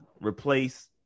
replace